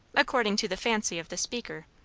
according to the fancy of the speaker,